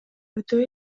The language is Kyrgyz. өтө